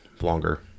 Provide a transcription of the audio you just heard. longer